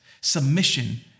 submission